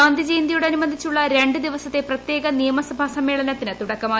ഗാന്ധി ജയന്തിയോടനുബന്ധിച്ചുള്ള രണ്ട് ദിവസത്തെ പ്രത്യേക നിയമസഭാ സമ്മേളനത്തിന് തുടക്കമായി